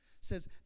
says